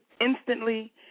instantly